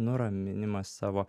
nuraminimas savo